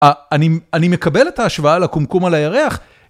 אני מקבל את ההשוואה לקומקום על הירח.